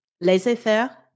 laissez-faire